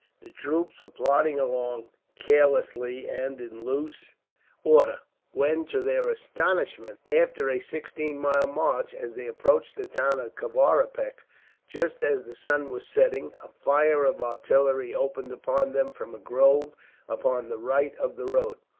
the troops were plodding along carelessly and in loose order when, to their astonishment, after a sixteen-mile march, as they approached the town of kavaripak just as the sun was setting, a fire of artillery opened upon them from a grove upon the right of the road,